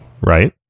right